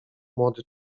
młody